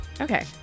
Okay